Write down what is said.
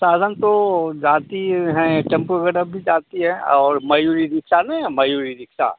साधन तो जाती हैं टेम्पो वग़ैरह भी जाती हैं और मयूरी रिक्शा नहीं है मयूरी रिक्सा